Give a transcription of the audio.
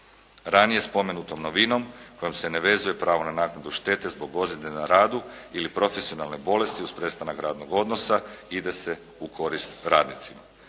Ranije spomenutom novinom kojom se ne vezuje pravo na naknadu štete zbog ozljede na radu ili profesionalne bolesti uz prestanak radnog odnosa ide se u korist radnicima.